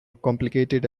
complicated